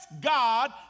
God